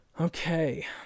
okay